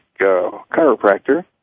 chiropractor